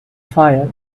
fire